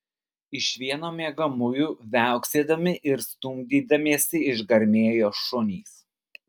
iš vieno miegamųjų viauksėdami ir stumdydamiesi išgarmėjo šunys